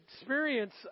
experience